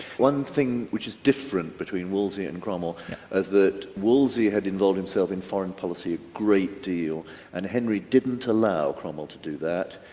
one thing which is different between wolsey and cromwell is that wolsey had involved himself in foreign policy a great deal and henry didn't allow cromwell to do that.